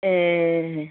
ए